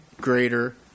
greater